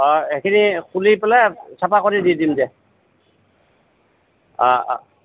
অঁ এইখিনি খুলি পেলাই চাফা কৰি দি দিম দে অঁ অঁ